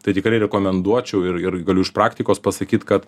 tai tikrai rekomenduočiau ir ir galiu iš praktikos pasakyt kad